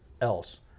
else